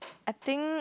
I think